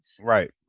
right